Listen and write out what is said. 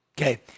Okay